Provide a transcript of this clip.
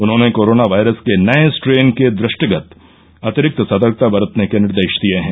उन्होंने corona virus के नए स्ट्रेन के दृष्टिगत अतिरिक्त सतर्कता बरतने के निर्देश दिए हैं